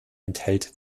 enthält